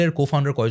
Co-Founder